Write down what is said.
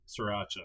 sriracha